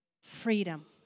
Freedom